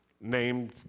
named